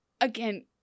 Again